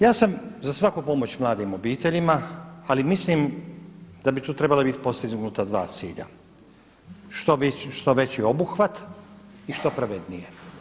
Ja sam sam za svaku pomoć mladim obiteljima ali mislim da bi tu trebala biti postignuta dva cilja, što veći obuhvat i što pravednije.